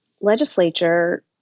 legislature